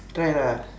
try lah